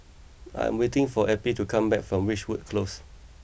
I am waiting for Eppie to come back from Ridgewood Close